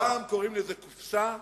פעם קוראים לזה "קופסה",